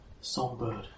Songbird